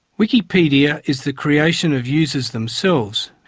wikipedia is the creation of users themselves